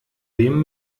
dem